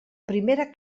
primera